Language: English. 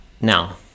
Now